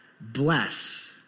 Bless